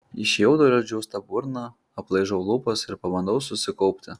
iš jaudulio džiūsta burna aplaižau lūpas ir pabandau susikaupti